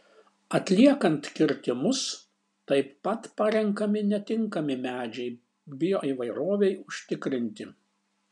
atliekant kirtimus taip pat parenkami netinkami medžiai bioįvairovei užtikrinti